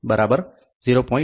5 50 0